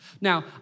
Now